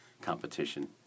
competition